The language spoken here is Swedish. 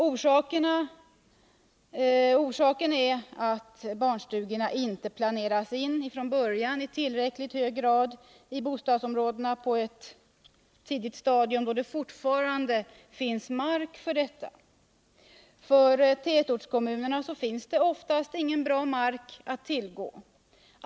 Orsaken är att barnstugorna inte i tillräckligt hög grad planeras in i bostadsområdena på ett tidigt stadium, då det fortfarande finns mark för detta ändamål. För tätortskommunerna finns det oftast ingen bra mark att tillgå.